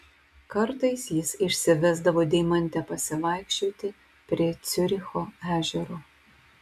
kartais jis išsivesdavo deimantę pasivaikščioti prie ciuricho ežero